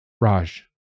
Raj